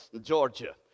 Georgia